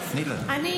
תני לה לדבר.